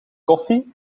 koffie